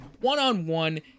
one-on-one